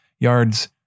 yards